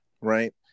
right